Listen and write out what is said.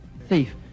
Thief